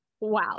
Wow